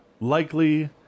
likely